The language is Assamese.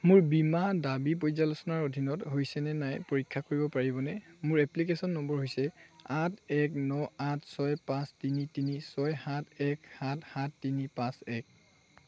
মোৰ বীমা দাবী পৰ্যালোচনাৰ অধীনত হৈছে নে নাই পৰীক্ষা কৰিব পাৰিবনে মোৰ এপ্লিকেশ্যন নম্বৰ হৈছে আঠ এক ন আঠ ছয় পাঁচ তিনি তিনি ছয় সাত এক সাত সাত তিনি পাঁচ এক